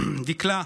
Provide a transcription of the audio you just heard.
דקלה,